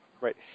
right